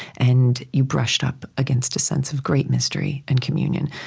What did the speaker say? and you brushed up against a sense of great mystery and communion.